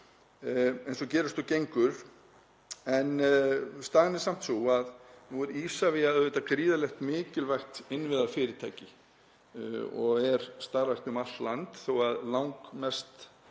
eins og gerist og gengur. Staðan er samt sú að nú er Isavia auðvitað gríðarlegt mikilvægt innviðafyrirtæki og er starfrækt um allt land þótt langmest af